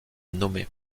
nommé